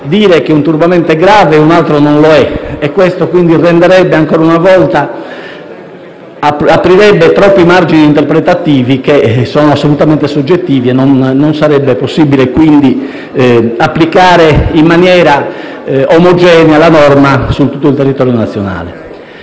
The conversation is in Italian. dire che un turbamento è grave e un altro non lo è. Questo, ancora una volta, aprirebbe troppi margini interpretativi, assolutamente soggettivi, e non sarebbe possibile quindi applicare in maniera omogenea la norma su tutto il territorio nazionale.